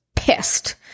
pissed